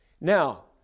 Now